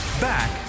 Back